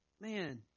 Man